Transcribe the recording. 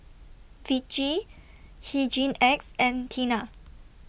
Vichy Hygin X and Tena